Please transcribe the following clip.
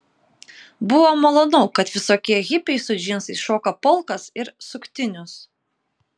buvo malonu kad visokie hipiai su džinsais šoka polkas ir suktinius